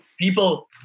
People